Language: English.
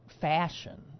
fashion